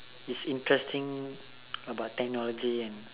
is interesting about technology and